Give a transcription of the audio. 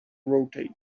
rotate